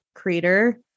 Creator